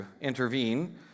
intervene